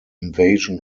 invasion